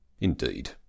Indeed